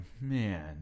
man